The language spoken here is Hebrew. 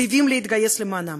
חייבים להתגייס למענם,